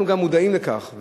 אנחנו גם מודעים לכך,